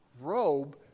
robe